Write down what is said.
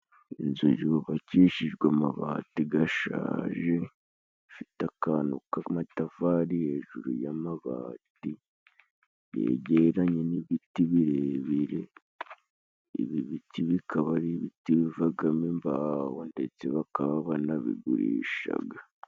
Inzu yubakishijwe amabati gashaje, ifite akantu k'amatafari hejuru y'amabati. Yegeranye n'ibiti birebire, ibi biti bikaba ari ibiti bivagamo imbaho, ndetse bakaba banabigurishaga.